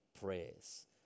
prayers